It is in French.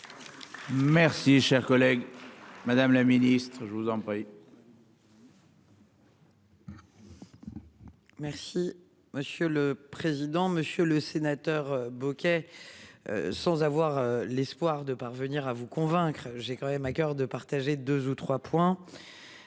Merci cher collègue. Madame la Ministre je vous en prie.